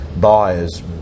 buyers